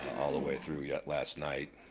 all the way through yeah last night,